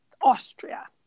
Austria